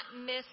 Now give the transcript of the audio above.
miss